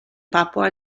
papua